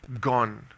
gone